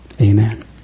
Amen